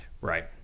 Right